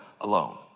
alone